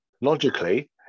Logically